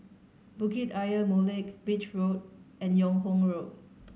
Bukit Ayer Molek Beach Road and Yung Ho Road